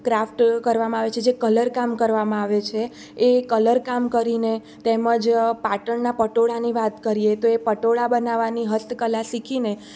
craft કરવામાં આવે છે જે કલરકામ કરવામાં આવે છે એ કલરકામ કરીને તેમજ પાટણનાં પટોળાની વાત કરીએ તો એ પટોળા બનાવવાની હસ્તકલા શીખીને